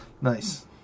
Nice